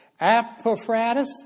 Apophratus